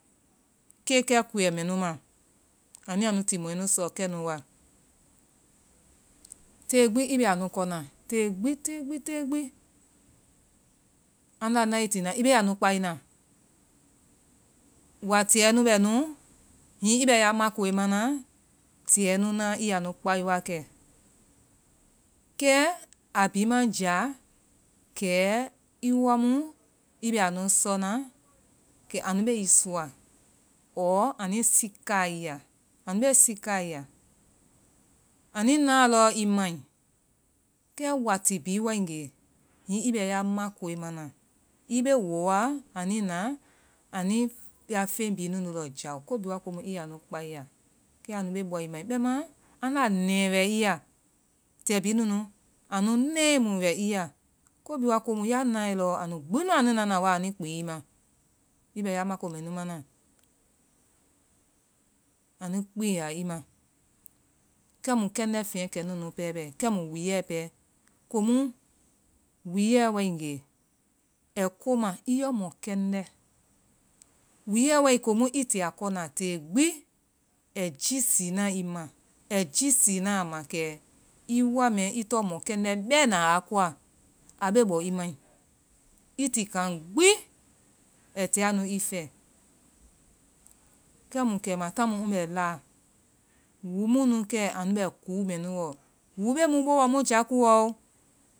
Kekɛ kuɛ mɛ nu ma, anu ya nu timɔɛnu sɔkɛnu wa. Tée gbi i bɛ anu kɔ́na. Tée gbi, tée gbi, tée gbi, tée gbi. Aŋnda nae i tina, i be anu kpaena. Watiɛnu bɛ nu, hiŋi i bɛ ya makoe mana, tiɛnu na, i yaa nu kpai wa kɛ. Kɛ a bi ma jia kɛ i wa mu i bɛ anu sɔ́na kɛ anu be i sɔa. ɔanui sika i ya. Anu be sikaa i ya. Anui na lɔi mai. Kɛ wati bi wai ŋge, hiŋi i be ya ma koe ma na,i be woa anui na, anui ya feŋ bhii nunu lɔ jao. Ko bi wa ko mu i ya nu kpae ya. Kɛanu be bɔa i mia. Bɛma aŋnda ŋnɛ wɛi ya. Tiɛ bhii nunu, anu ŋnɛe mu wɛ i ya. Ko bi wa ko mu ya nae lɔɔ, anu gbi anu nana wa anu kpiŋn i ma, i bɛ ya makoe mɛ nu mana. Anui kpiŋn ya i ma. Kɛ mu kɛŋdɛfeŋ kɛ nunu pɛ bɛ. Kɛ mu wooe pɛ. Ko mu wooe wai ŋge, ai ko ma i yɔ mɔkɛŋdɛ́ .Wooe wai ko mu i ti a kɔ na te gbi, ai jisii na i ma.ai jisii na a ma, kɛ i wa mɛɛ́, i tɔŋ mɔkɛŋdɛbɛ́na a koa. A be bɔ i mai. I ti kaŋ gbi, ai tia nu I. Kɛmu kɛema mu bɛ la. Woo mu nu kɛanu bɛ koo mɛ nu lɔ. Woo be mu bo wɔmu jakoowɔ.